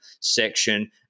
section